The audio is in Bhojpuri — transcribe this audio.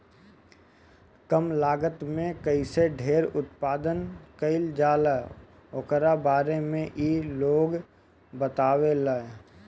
कम लागत में कईसे ढेर उत्पादन कईल जाला ओकरा बारे में इ लोग बतावेला